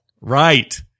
Right